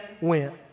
went